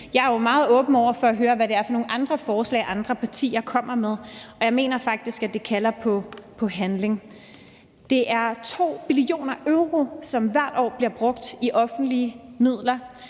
Jeg er jo meget åben over for at høre, hvad det er for nogle andre forslag, andre partier kommer med, og jeg mener faktisk, det kalder på handling. Det er 2 billioner euro i offentlige midler,